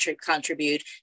contribute